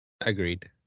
Agreed